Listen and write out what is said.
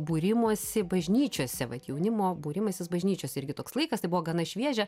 būrimosi bažnyčiose vat jaunimo būrimasis bažnyčiose irgi toks laikas tai buvo gana šviežia